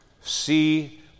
see